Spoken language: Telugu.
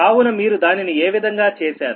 కావున మీరు దానిని ఏ విధంగా చేశారు